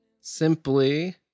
simply